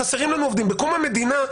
חסרים לנו עובדים בכל המדינה.